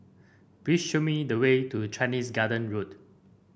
please show me the way to Chinese Garden Road